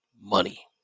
money